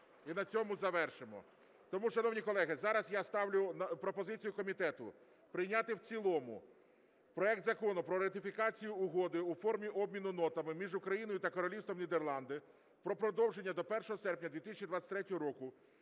І на цьому завершимо. Тому, шановні колеги, зараз я ставлю пропозицію комітету прийняти в цілому проект Закону про ратифікацію Угоди (у формі обміну нотами) між Україною та Королівством Нідерланди про продовження до 1 серпня 2023 року